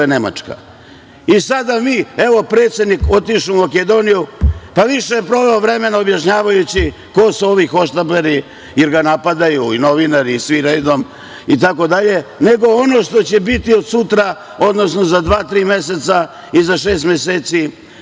mi, evo, predsednik otišao u Makedoniju, pa više je proveo vremena objašnjavajući ko su ovi hohštapleri, jer ga napadaju i novinari i svi redom, itd. nego ono što će biti od sutra, odnosno za dva-tri meseca i za šest meseci